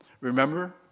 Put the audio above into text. Remember